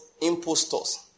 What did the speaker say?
impostors